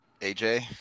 AJ